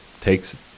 takes